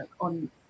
on